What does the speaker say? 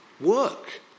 work